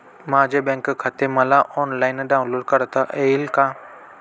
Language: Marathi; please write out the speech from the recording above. माझे बँक खाते मला ऑनलाईन डाउनलोड करता येईल का?